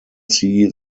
see